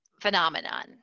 phenomenon